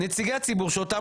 נציגי הציבור שאותם